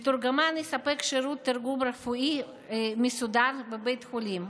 מתורגמן יספק שירות תרגום רפואי מסודר בבית חולים,